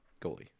goalie